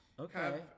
Okay